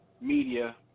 media